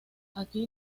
aquí